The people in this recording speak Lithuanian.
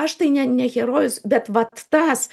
aš tai ne ne herojus bet vat tas